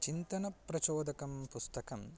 चिन्तनप्रचोदकं पुस्तकं